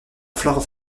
flore